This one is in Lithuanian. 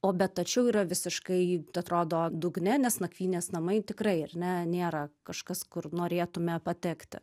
o bet tačiau yra visiškai atrodo dugne nes nakvynės namai tikrai ar ne nėra kažkas kur norėtume patekti